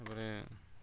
ତାପରେ